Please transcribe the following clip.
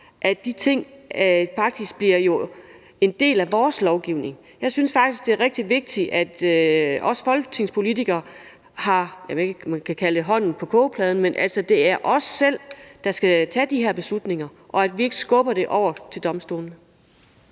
at de ting bliver en del af vores lovgivning. Jeg synes faktisk, det er rigtig vigtigt, at vi folketingspolitikere har, jeg ved ikke, om man kan kalde det hånden på kogepladen, men altså at det er os selv, der skal tage de her beslutninger, og at vi ikke skubber det over til domstolene.